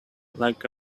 like